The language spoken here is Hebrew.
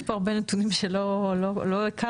יש פה הרבה נתונים שלא הכרנו.